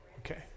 Okay